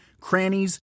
crannies